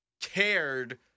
cared